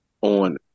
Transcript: on